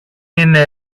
είναι